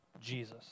Jesus